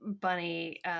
bunny